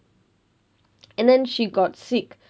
and then she got sick